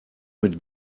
mit